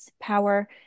power